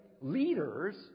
leaders